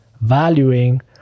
valuing